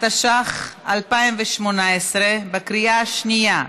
התשע"ח 2018, בקריאה שנייה.